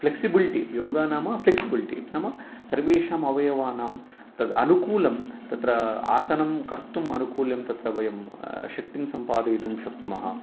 flexibility योगः नाम flexibility नाम सर्वेषां अवयवानां तदानुकूलं तत्र आसनं कर्तुम् अनुकूलं तत्र वयं शिफ़्टिङ्ग सम्पादयितुं शक्नुमः